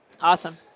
Awesome